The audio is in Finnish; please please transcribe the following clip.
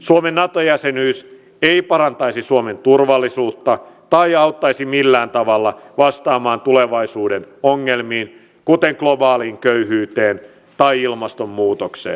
suomen nato jäsenyys ei parantaisi suomen turvallisuutta tai auttaisi millään tavalla vastaamaan tulevaisuuden ongelmiin kuten globaaliin köyhyyteen tai ilmastonmuutokseen